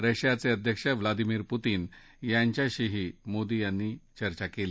रशियाचे अध्यक्ष Vladimir Putin यांच्याशीही मोदी यांची चर्चा झाली